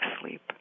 sleep